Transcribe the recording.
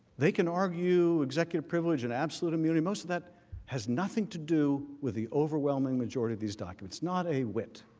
they can argue executive privilege and absolute immunity, most of that has nothing to do with the overwhelming majority of these documents, not a wit.